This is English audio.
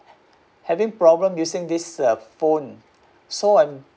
having problem using this uh phone so I'm